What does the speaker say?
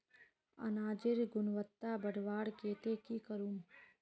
अनाजेर गुणवत्ता बढ़वार केते की करूम?